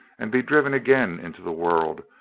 and be driven again into the world,